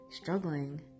struggling